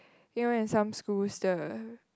you know in some schools the